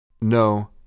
No